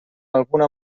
alguna